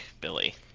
Billy